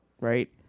Right